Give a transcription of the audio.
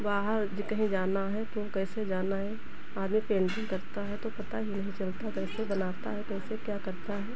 बाहर जो कहीं जाना है तो कैसे जाना है आदमी पेंटिंग करता है तो पता भी नहीं चलता है कैसे बनाता है कैसे क्या करता है